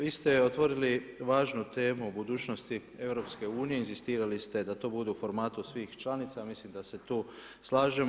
Vi ste otvorili važnu temu o budućnosti EU, inzistirali ste da to bude u formatu svih članica, mislim da se tu slažemo.